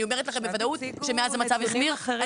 אני אומרת לכם בוודאות שמאז המצב החמיר.